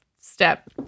step